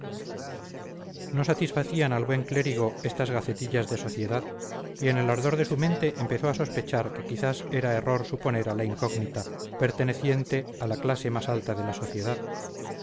no satisfacían al buen clérigo estas gacetillas de sociedad y en el ardor de su mente empezó a sospechar que quizás era error suponer a la incógnita perteneciente a la clase más alta de la sociedad